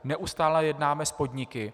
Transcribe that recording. Neustále jednáme s podniky.